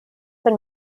been